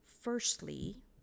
Firstly